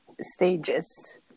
stages